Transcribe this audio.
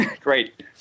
Great